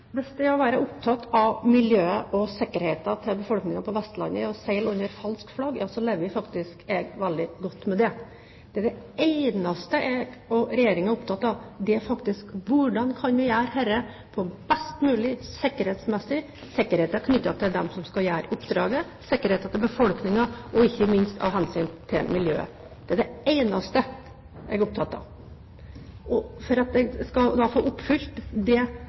Hvis det å være opptatt av miljøet og av sikkerheten til befolkningen på Vestlandet er å seile under falskt flagg, lever jeg veldig godt med det. Det eneste jeg og resten av regjeringen er opptatt av, er: Hvordan kan vi gjøre dette best mulig sikkerhetsmessig? Det gjelder sikkerheten til dem som skal gjøre oppdraget, sikkerheten til befolkningen og ikke minst hensynet til miljøet. Det er det eneste jeg er opptatt av. For at jeg skal få oppfylt det